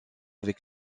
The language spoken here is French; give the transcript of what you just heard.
avec